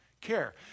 care